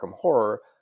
Horror